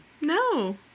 No